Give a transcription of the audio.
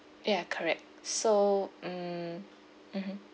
ya correct so mm mmhmm